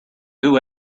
who